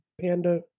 panda